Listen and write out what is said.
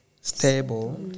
stable